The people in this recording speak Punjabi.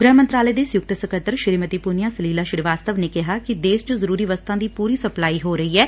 ਗੁਹਿ ਮੰਤਰਾਲੇ ਦੇ ਸੰਯੁਕਤ ਸਕੱਤਰ ਸ੍ਰੀਮਤੀ ਪੁੰਨਿਆ ਸਲੀਲਾ ਸ੍ਰੀਵਾਸਤਵ ਨੇ ਕਿਹਾ ਕਿ ਦੇਸ਼ ਚ ਜ਼ਰੁਰੀ ਵਸਤਾਂ ਦੀ ਪੁਰੀ ਸਪਲਾਈ ਹੋ ਰਹੀ ਐ